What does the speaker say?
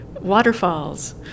waterfalls